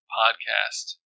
podcast